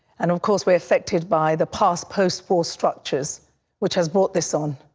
and, of course, we're affected by the past post-war structures which has brought this on.